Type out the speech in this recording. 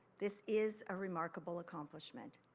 this is a remarkable accomplishment.